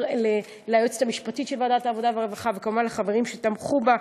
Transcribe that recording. ליועצת המשפטית של ועדת העבודה והרווחה וכמובן לחברים שתמכו בהצעה.